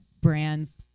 brands